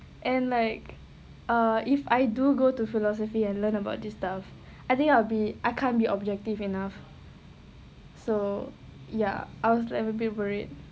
and like err if I do go to philosophy and learn about this stuff I think I'll be I can't be objective enough so ya I was I will be worried